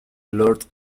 lord